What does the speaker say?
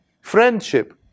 friendship